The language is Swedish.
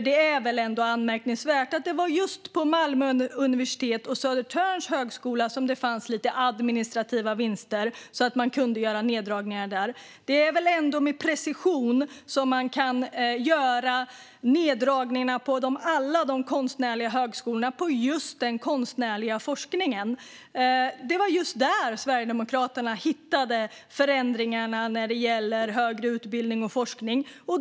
Det är ändå anmärkningsvärt att det var just på Malmö universitet och Södertörns högskola som det fanns lite administrativa vinster så att man kunde göra neddragningar där. Det är väl ändå med precision som man kan göra neddragningar på alla de konstnärliga högskolorna på just den konstnärliga forskningen. Det var just där Sverigedemokraterna hittade förändringarna när det gäller högre utbildning och forskning.